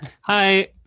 Hi